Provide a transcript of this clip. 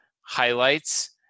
highlights